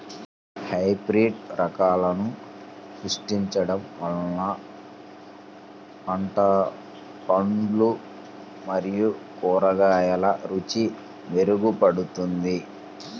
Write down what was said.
hybrid రకాలను సృష్టించడం వల్ల పండ్లు మరియు కూరగాయల రుచి మెరుగుపడుతుంది